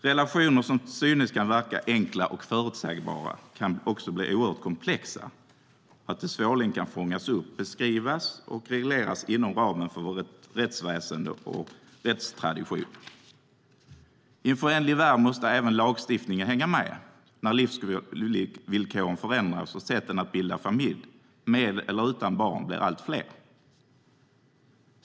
Relationer som kan synas vara enkla och förutsägbara kan också bli så oerhört komplexa att de svårligen kan fångas upp, beskrivas och regleras inom ramen för vårt rättsväsen och vår rättstradition. I en föränderlig värld måste även lagstiftningen hänga med när livsvillkoren förändras och sätten att bilda familj - med eller utan barn - blir allt fler.